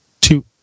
two